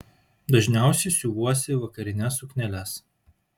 dažniausiai siuvuosi vakarines sukneles